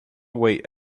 wait